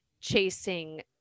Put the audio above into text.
chasing